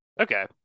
Okay